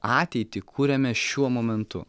ateitį kuriame šiuo momentu